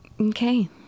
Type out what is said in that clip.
Okay